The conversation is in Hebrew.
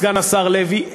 סגן השר לוי,